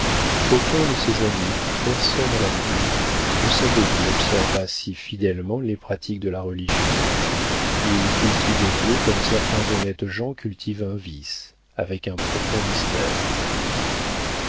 aucun de ses amis personne à la cour ne savait qu'il observât si fidèlement les pratiques de la religion il cultivait dieu comme certains honnêtes gens cultivent un vice avec un profond mystère